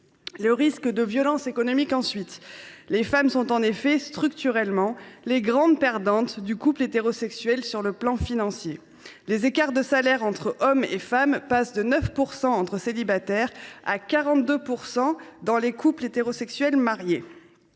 des risques de violences économiques. Les femmes sont en effet, structurellement, les grandes perdantes du couple hétérosexuel sur le plan financier. Les écarts de salaires entre hommes et femmes passent de 9 % entre célibataires à 42 % dans les couples hétérosexuels mariés.